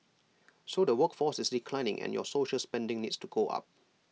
so the workforce is declining and your social spending needs to go up